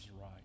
right